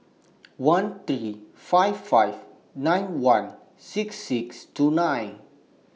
one three five five nine one six six two nine